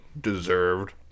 deserved